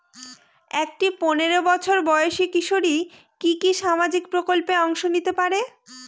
একটি পোনেরো বছর বয়সি কিশোরী কি কি সামাজিক প্রকল্পে অংশ নিতে পারে?